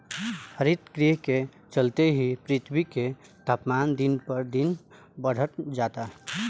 हरितगृह के चलते ही पृथ्वी के तापमान दिन पर दिन बढ़ल जाता